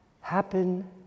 happen